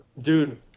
Dude